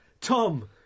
Tom